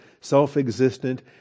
self-existent